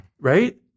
Right